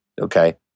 okay